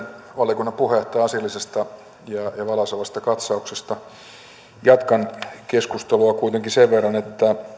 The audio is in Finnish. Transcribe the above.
valiokunnan puheenjohtajaa asiallisesta ja valaisevasta katsauksesta jatkan keskustelua kuitenkin